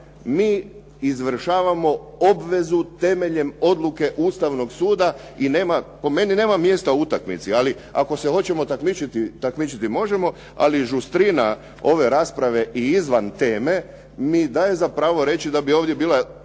mi izvršavamo obvezu temeljem odluke Ustavnog suda i nema, po meni nema mjesta utakmici, ali ako se hoćemo takmičiti možemo, ali žustrina ove rasprave i izvan teme mi daje za pravo reći da bi ovdje bila